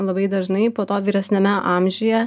labai dažnai po to vyresniame amžiuje